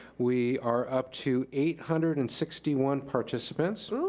we are up to eight hundred and sixty one participants so